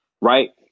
right